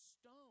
Stone